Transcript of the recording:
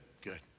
good